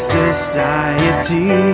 society